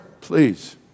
please